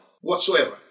whatsoever